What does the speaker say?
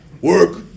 Work